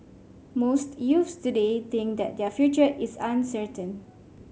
most youths today think that their future is uncertain